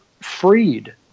freed